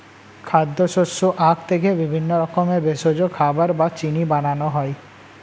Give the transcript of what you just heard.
খাদ্য, শস্য, আখ থেকে বিভিন্ন রকমের ভেষজ, খাবার বা চিনি বানানো হয়